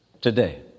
today